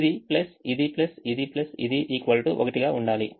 ఇది ప్లస్ ఇది ప్లస్ ఇది ప్లస్ ఇది 1 గా ఉండాలి